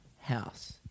house